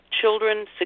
Children